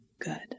good